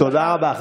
תודה רבה.